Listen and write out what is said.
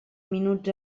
minuts